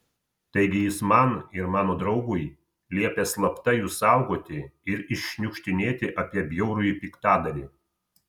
taigi jis man ir mano draugui liepė slapta jus saugoti ir iššniukštinėti apie bjaurųjį piktadarį